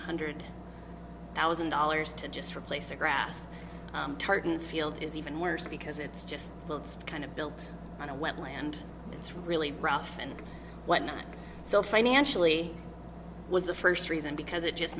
hundred thousand dollars to just replace the grass tartans field is even worse because it's just kind of built on a wetland it's really rough and whatnot so financially was the first reason because it just